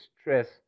stress